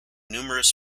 numerous